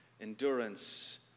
endurance